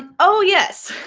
um oh, yes.